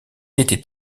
était